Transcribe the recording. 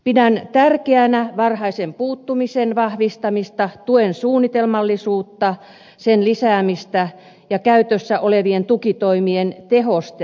pidän tärkeänä varhaisen puuttumisen vahvistamista tuen suunnitelmallisuutta sen lisäämistä ja käytössä olevien tukitoimien tehostamista